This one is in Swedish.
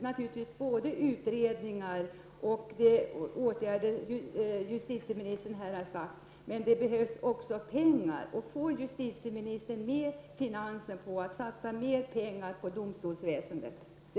Naturligtvis behövs både utredningar och de åtgärder som justitieministern här har nämnt, men det behövs också pengar. Min fråga är: Får justitieministern med finansen på att satsa mer pengar på domstolsväsendet?